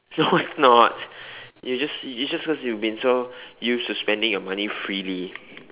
no it's not you just you just because you have been so used to spending your money freely